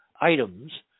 items